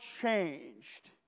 changed